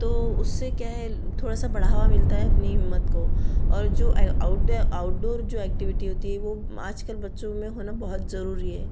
तो उससे क्या है थोड़ा सा बढ़ावा मिलता है अपनी हिम्मत को और जो आउटडोर जो एक्टिविटी होती है वह आजकल बच्चों में होना बहुत ज़रूरी है